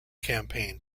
campaign